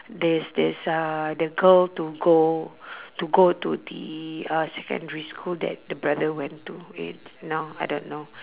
this this uh the girl to go to go to the uh secondary school that the brother went to it now I don't know